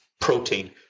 protein